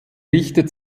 richtet